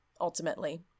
ultimately